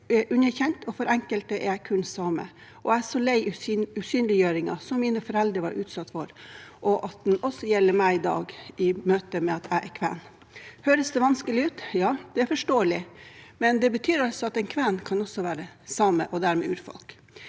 blir underkjent, og for enkelte er jeg kun same. Jeg er så lei usynliggjøringen som mine foreldre var utsatt for, og at den også gjelder meg i dag, i møte med at jeg er kven. Høres det vanskelig ut? Ja, det er forståelig, men det betyr altså at en kven også kan være same – og dermed urfolk.